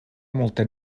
multe